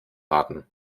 warten